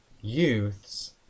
youths